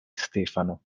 stefano